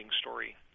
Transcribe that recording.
story